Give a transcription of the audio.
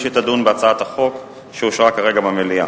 חוק ומשפט היא שתדון בהצעת החוק שאושרה כרגע במליאה.